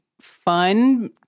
fun